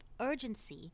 urgency